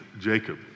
Jacob